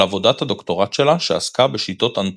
עבודת הדוקטורט שלה שעסקה בשיטות אנתרופיה.